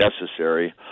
necessary